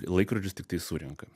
laikrodžius tiktai surenka